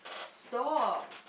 stop